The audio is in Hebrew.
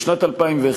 בשנת 2001,